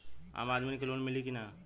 आम आदमी के लोन मिली कि ना?